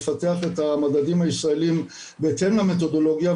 לפתח את המדדים הישראלים בהתאם למתודולוגיה,